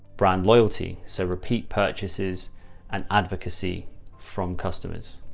brand loyalty. so repeat purchases and advocacy from customers,